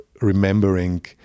remembering